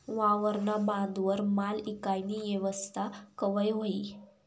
वावरना बांधवर माल ईकानी येवस्था कवय व्हयी?